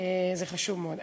וזה חשוב מאוד.